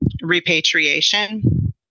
repatriation